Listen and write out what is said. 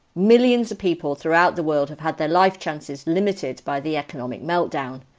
million of people throughout the world have had their life chances limited by the economic meltdown.